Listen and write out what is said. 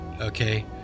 Okay